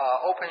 open